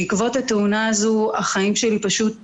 בעקבות התאונה הזו החיים שלי פשוט נגדעו.